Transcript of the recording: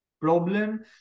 problem